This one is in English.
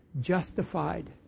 justified